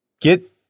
Get